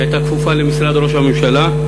שהייתה כפופה למשרד ראש הממשלה,